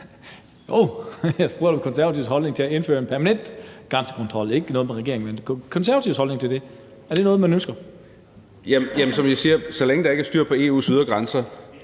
Hov, jeg spurgte til Konservatives holdning til at indføre en permanent grænsekontrol – ikke noget med regeringens, men Konservatives holdning til det. Er det noget, man ønsker? Kl. 16:03 Første næstformand (Karen Ellemann):